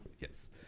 Yes